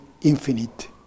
infinite